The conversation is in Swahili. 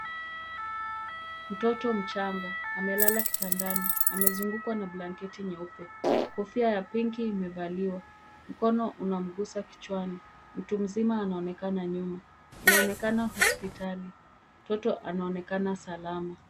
Mtoto mchanga amelala kitandani, amezungukwa na blanketi nyeupe, kofia ya pinki imevaliwa, mkono unamgusa kichwani, mtu mzima anaonekana nyuma, inaonekana hospitali, mtoto anaonekana salama.